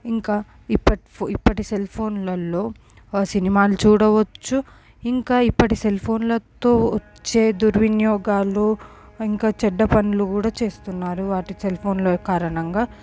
ఇంకా ఇప్పటి ఇప్పటి సెల్ ఫోన్లలల్లో సినిమాలు చూడవచ్చు ఇంకా ఇప్పటి సెల్ ఫోన్లతో వచ్చే దుర్వినియోగాలు ఇంకా చెడ్డ పనులు కూడా చేస్తున్నారు వాటి సెల్ ఫోన్ల కారణంగా